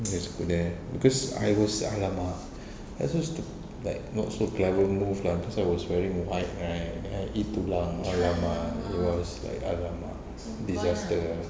just go there because I was !alamak! I was so like not so clever move lah cause I was wearing white right then I eat tulang !alamak! it was like !alamak! disaster